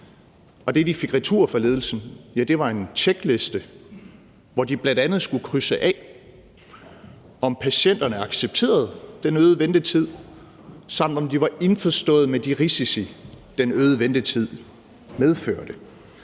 det, de fik retur fra ledelsen, var en tjekliste, hvor de bl.a. skulle krydse af, om patienterne accepterede den øgede ventetid, samt om de var indforstået med de risici, den øgede ventetid medførte.